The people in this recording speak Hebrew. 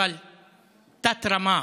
אבל תת-רמה.